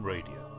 Radio